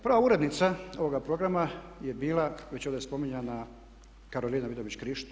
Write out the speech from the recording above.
Prva urednica ovoga programa je bila već ovdje spominjana Karolina Vidović Kristo.